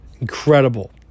Incredible